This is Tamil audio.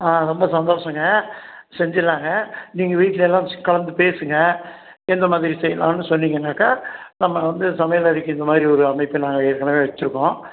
ஆ ரொம்ப சந்தோஷங்க செஞ்சிடலாங்க நீங்கள் வீட்டில் எல்லாம் கலந்து பேசுங்கள் எந்த மாதிரி செய்யலாம்னு சொன்னிங்கன்னாக்கா நம்ம வந்து சமயலறைக்கு இந்த மாதிரி ஒரு அமைப்பை நாங்கள் ஏற்கனவே வச்சுருக்கோம்